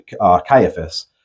Caiaphas